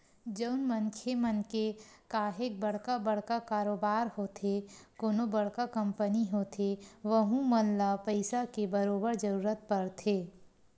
जउन मनखे मन के काहेक बड़का बड़का कारोबार होथे कोनो बड़का कंपनी होथे वहूँ मन ल पइसा के बरोबर जरूरत परथे